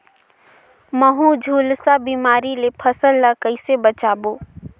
महू, झुलसा बिमारी ले फसल ल कइसे बचाबो?